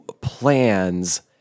plans